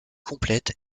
complète